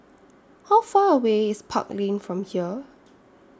How Far away IS Park Lane from here